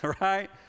Right